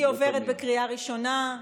היא עוברת בקריאה ראשונה.